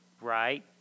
Right